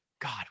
God